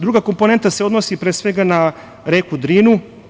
Druga komponenta se odnosi, pre svega na reku Drinu.